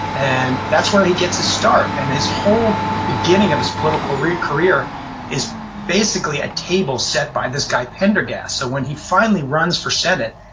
and that's where he gets his start. and his whole beginning of his political career is basically a table set by this guy pendergast. so when he finally runs for senate,